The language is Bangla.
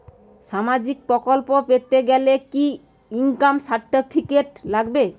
সামাজীক প্রকল্প পেতে গেলে কি ইনকাম সার্টিফিকেট লাগবে?